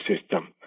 system